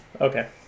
Okay